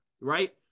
right